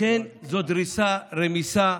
לכן זאת דריסה, רמיסה,